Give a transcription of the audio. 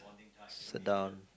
sit down